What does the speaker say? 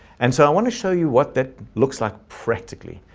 and so i want to show you what that looks like practically,